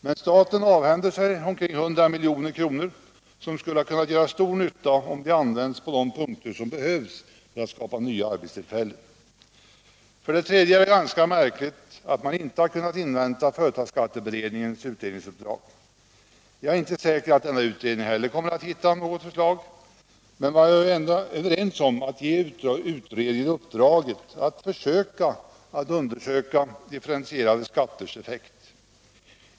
Men staten avhänder sig omkring 100 milj.kr. som skulle ha kunnat göra stor nytta om de använts på de punkter där de behövts för att skapa nya arbetstillfällen. För det tredje är det ganska märkligt att man inte kunnat invänta företagsskatteberedningens utredningsuppdrag. Jag är inte säker på att denna utredning heller kommer att hitta något förslag, men man var ju ändå överens om att ge denna utredning uppdraget att försöka utreda differentierade skatters effekt.